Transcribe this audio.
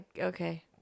Okay